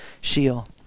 shield